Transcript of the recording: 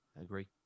agree